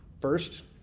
First